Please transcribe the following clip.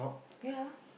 ya